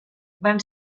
van